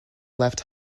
left